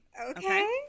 Okay